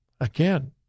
Again